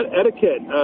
etiquette